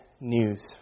news